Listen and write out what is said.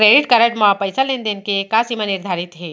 Credit card म पइसा लेन देन के का सीमा निर्धारित हे?